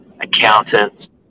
accountants